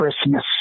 Christmas